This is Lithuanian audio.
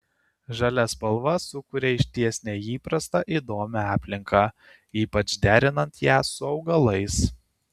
žalia spalva sukuria išties neįprastą įdomią aplinką ypač derinant ją su augalais